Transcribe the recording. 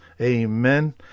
Amen